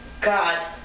God